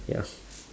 ya